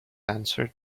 answered